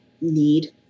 need